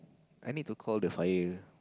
I need to call the fire